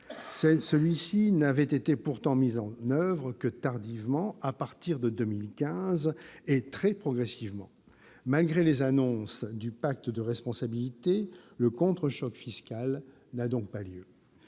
Celui-ci n'avait été pourtant mis en oeuvre que tardivement, à partir de 2015, et très progressivement. Malgré les annonces du pacte de responsabilité, le contre-choc fiscal n'a donc pas eu